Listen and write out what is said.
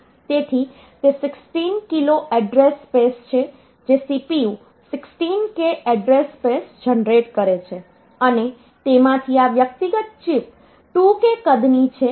તેથી તે 16 kilo address space છે જે CPU 16 k address space generate કરે છે અને તેમાંથી આ વ્યક્તિગત ચિપ્સ 2 k કદની છે